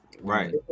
right